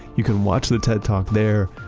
you can watch the ted talk there.